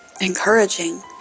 encouraging